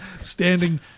Standing